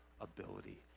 ability